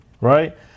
right